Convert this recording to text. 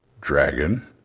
dragon